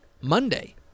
Monday